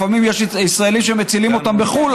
לפעמים יש ישראלים שמצילים אותם בחו"ל,